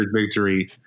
victory